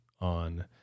on